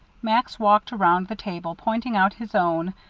max walked around the table, pointing out his own,